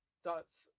starts